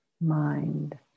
mind